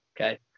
okay